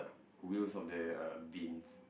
wheels of the uh bins